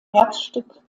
herzstück